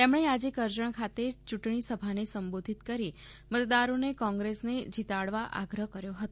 તેમણે આજે કરજણ ખાતે ચૂંટણી સભાને સંબોધિત કરી મતદારોને કોંગ્રેસને જિતાડવા આગ્રહ કર્યો હતો